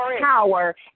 power